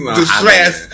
distress